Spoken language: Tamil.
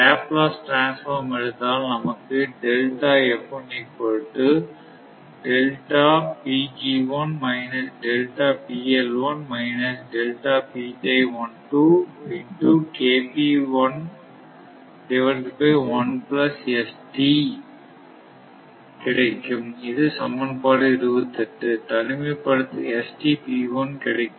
லப்ளேஸ் டிரன்ஸ்பார்ம் எடுத்தால் நமக்குகிடைக்கும்